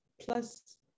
plus